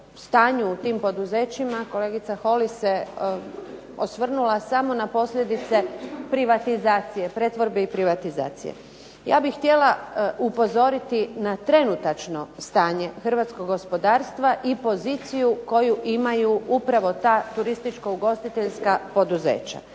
u tim poduzećima kolegica Holy se osvrnula samo na posljedice pretvorbe i privatizacije. Ja bih htjela upozoriti na trenutačno stanje hrvatskog gospodarstva i poziciju koju imaju upravo ta turističko-ugostiteljska poduzeća.